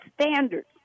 standards